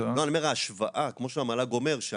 ההשוואה כמו שהמל"ג אומר,